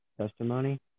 Testimony